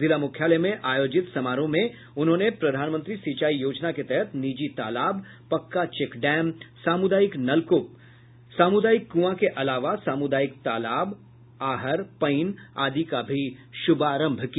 जिला मुख्यालय में आयोजित समारोह में उन्होंने प्रधानमंत्री सिंचाई योजना के तहत निजी तालाब पक्का चेक डैम सामुदायिक नलकूप सामुदायिक कुंआ के अलावा सामुदायिक तालाब आहर पईन आदि का भी शुभारंभ किया